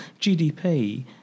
GDP